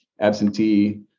absentee